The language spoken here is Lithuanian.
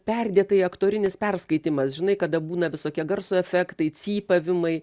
perdėtai aktorinis perskaitymas žinai kada būna visokie garso efektai cypavimai